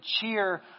cheer